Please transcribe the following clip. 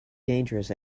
dangerous